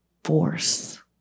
Force